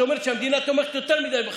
אתה אומר שהמדינה תומכת יותר מדי בחקלאים.